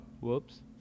whoops